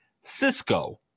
Cisco